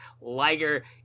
liger